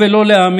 ימים